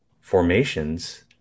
formations